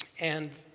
and